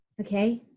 okay